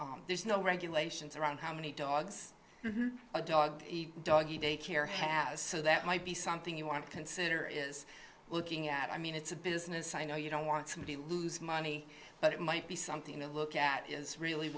here there's no regulations around how many dogs a dog the dog daycare has so that might be something you want to consider is looking at i mean it's a business i know you don't want somebody to lose money but it might be something to look at is really